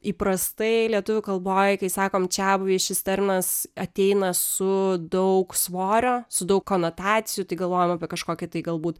įprastai lietuvių kalboj kai sakom čiabuviai šis terminas ateina su daug svorio su daug konotacijų tai galvojam apie kažkokį tai galbūt